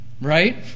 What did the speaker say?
Right